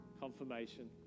confirmation